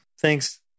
Thanks